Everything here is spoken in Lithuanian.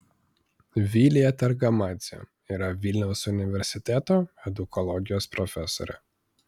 vilija targamadzė yra vilniaus universiteto edukologijos profesorė